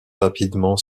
rapidement